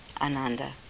Ananda